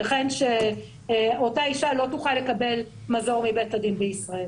יתכן שאותה אישה לא תוכל לקבל מזור מבית הדין בישראל.